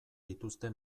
dituzte